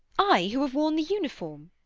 i! who have worn the uniform.